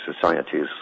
societies